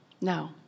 No